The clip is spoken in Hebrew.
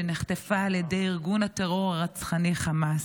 שנחטפה על ידי ארגון הטרור הרצחני חמאס.